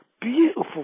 Beautiful